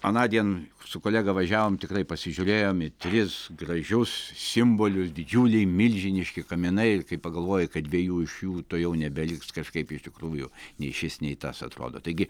anądien su kolega važiavom tikrai pasižiūrėjom į tris gražius simbolius didžiuliai milžiniški kaminai kai pagalvoji kad dviejų iš jų tuojau nebeliks kažkaip iš tikrųjų nei šis nei tas atrodo taigi